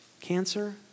cancer